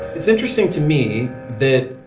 it's interesting to me that,